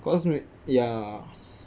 cause may~ ya